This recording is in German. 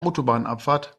autobahnabfahrt